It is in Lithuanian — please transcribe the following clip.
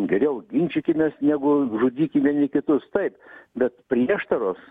geriau ginčykimės negu žudykim vieni kitus taip bet prieštaros